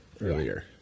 earlier